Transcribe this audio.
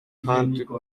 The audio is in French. trente